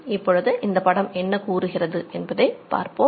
இப்பொழுது இந்த படம் என்ன கூறுகிறது என்பதைப் பார்ப்போம்